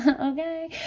Okay